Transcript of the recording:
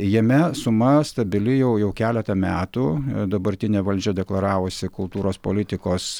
jame suma stabili jau jau keletą metų dabartinė valdžia deklaravusi kultūros politikos